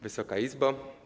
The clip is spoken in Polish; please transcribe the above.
Wysoka Izbo!